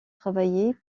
travaillé